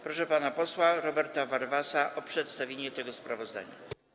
Proszę pana posła Roberta Warwasa o przedstawienie tego sprawozdania.